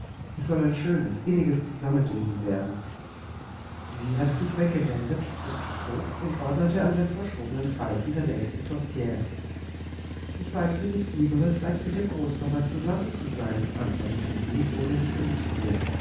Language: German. es soll ein schönes inniges zusammenleben werden sie hatte sich weggewendet und zog und ordnete an den verschobenen falten der nächsten portiere ich weiß mir nichts lieberes als mit dem großpapa zusammen zu sein antwortete sie ohne sich umzusehen